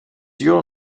your